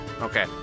Okay